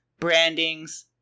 brandings